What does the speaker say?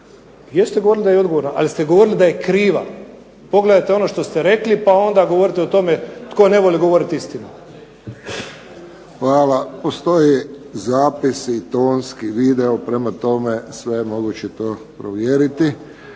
jeste govorili da je odgovorna, ali ste govorili da je kriva, pogledajte ono što ste rekli pa onda govoriti o tome tko ne voli govoriti istinu. **Friščić, Josip (HSS)** Hvala. Postoje zapisi tonski, video, prema tome sve je moguće to provjeriti.